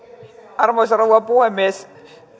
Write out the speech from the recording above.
arvoisa rouva puhemies